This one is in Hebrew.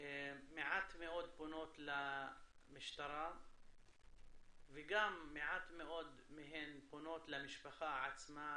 מעט מאוד פונות למשטרה וגם מעט מאוד מהן פונות למשפחה עצמה,